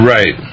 Right